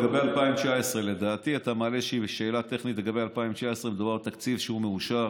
לגבי 2019. לדעתי אתה מעלה שאלה טכנית לגבי 2019. מדובר על תקציב מאושר,